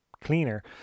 cleaner